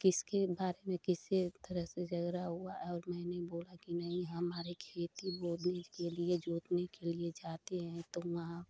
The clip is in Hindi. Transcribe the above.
किसके बात में किसके तरफ़ से झगड़ा हुआ है और मैंने बोला कि नहीं हमारे खेत की बोरिंग के लिए जोतने के लिए जाते हैं तो वहाँ